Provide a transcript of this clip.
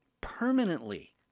permanently